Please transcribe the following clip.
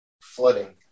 flooding